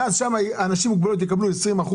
ואז שם האנשים עם מוגבלויות יקבלו 20%,